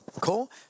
Cool